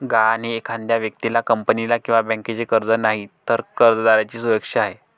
गहाण हे एखाद्या व्यक्तीला, कंपनीला किंवा बँकेचे कर्ज नाही, तर कर्जदाराची सुरक्षा आहे